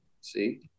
see